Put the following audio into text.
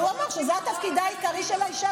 כי הוא אמר שזה תפקידה העיקרי של האישה,